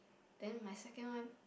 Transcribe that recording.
then my second one